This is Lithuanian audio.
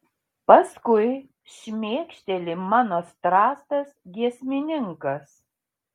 paskui šmėkšteli mano strazdas giesmininkas